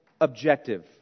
Objective